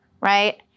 right